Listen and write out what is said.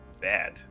bad